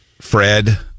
Fred